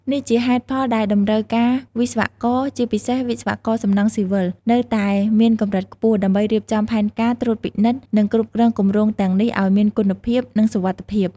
នេះជាហេតុផលដែលតម្រូវការវិស្វករ ជាពិសេស វិស្វករសំណង់ស៊ីវិល នៅតែមានកម្រិតខ្ពស់ ដើម្បីរៀបចំផែនការ ត្រួតពិនិត្យ និងគ្រប់គ្រងគម្រោងទាំងនេះឱ្យមានគុណភាព និងសុវត្ថិភាព។